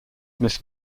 miss